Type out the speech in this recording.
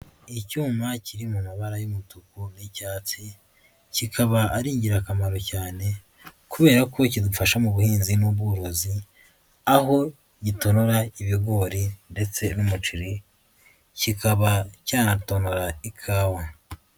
Icyuma kiri mu mabara y'umutuku n'icyatsi kikaba ari ingirakamaro cyane kubera ko kidufasha mu buhinzi n'ubworozi, aho gitonora ibigori ndetse n'umuceri, kikaba cyanatora ikawa.